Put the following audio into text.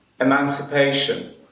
emancipation